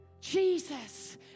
Jesus